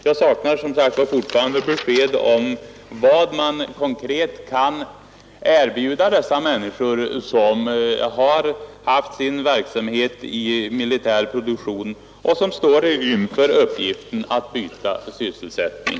Jag saknar fortfarande besked om vad man konkret kan erbjuda de människor som haft sin verksamhet i militär produktion och som tvingas byta sysselsättning.